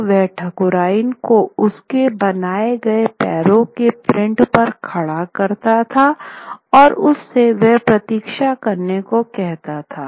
तो वह ठकुराइन को उसके बनाये गए पैरो के प्रिंट पर खड़ा करता था और उससे वह प्रतीक्षा करने को कहता था